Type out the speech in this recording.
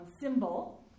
symbol